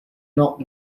not